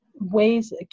ways